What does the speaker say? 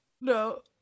No